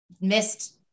missed